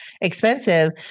expensive